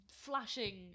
Flashing